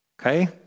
Okay